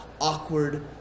awkward